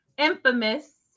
infamous